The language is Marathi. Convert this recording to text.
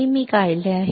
हे मी काढले आहे